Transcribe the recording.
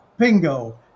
Pingo